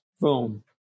Boom